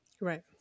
Right